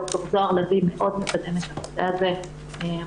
ד"ר זהר לביא מאוד מקדמת את הנושא הזה מולנו.